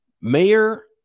Mayor